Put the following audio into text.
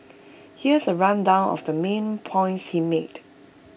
here's A rundown of the main points he made